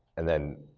and then,